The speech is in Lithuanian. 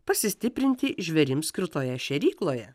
pasistiprinti žvėrims skirtoje šėrykloje